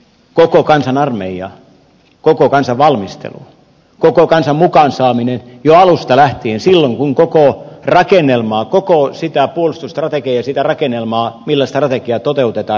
koko kansan armeija koko kansan valmistelu koko kansan mukaan saaminen jo alusta lähtien silloin kun koko rakennelmaa koko sitä puolustusstrategiaa ja sitä rakennelmaa millä sitä strategiaa toteutetaan rakennetaan